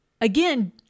Again